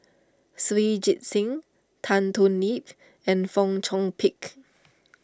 Shui Tit Sing Tan Thoon Lip and Fong Chong Pik